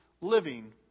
living